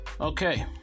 Okay